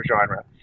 genre